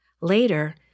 Later